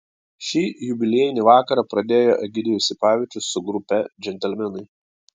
šį jubiliejinį vakarą pradėjo egidijus sipavičius su grupe džentelmenai